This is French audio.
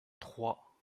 trois